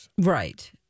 Right